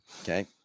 Okay